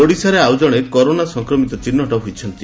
ଓଡ଼ିଶାରେ ଆଉଜଣେ କରୋନା ସଂକ୍ରମିତ ଚିହ୍ନଟ ହୋଇଛନ୍ତି